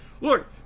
look